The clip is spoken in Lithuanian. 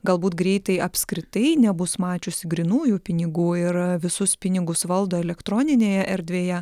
galbūt greitai apskritai nebus mačiusi grynųjų pinigų ir visus pinigus valdo elektroninėje erdvėje